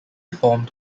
formed